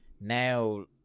now